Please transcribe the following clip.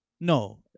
No